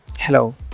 Hello